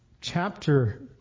chapter